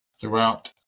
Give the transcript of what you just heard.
throughout